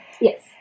Yes